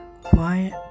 quiet